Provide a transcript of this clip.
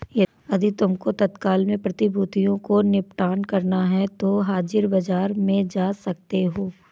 यदि तुमको तत्काल में प्रतिभूतियों को निपटान करना है तो हाजिर बाजार में जा सकते हो